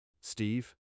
Steve